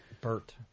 Bert